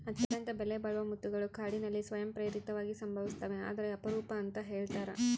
ಅತ್ಯಂತ ಬೆಲೆಬಾಳುವ ಮುತ್ತುಗಳು ಕಾಡಿನಲ್ಲಿ ಸ್ವಯಂ ಪ್ರೇರಿತವಾಗಿ ಸಂಭವಿಸ್ತವೆ ಆದರೆ ಅಪರೂಪ ಅಂತ ಹೇಳ್ತರ